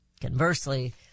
Conversely